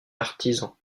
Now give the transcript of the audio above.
artisans